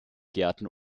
gärten